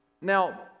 Now